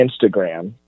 Instagram